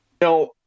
No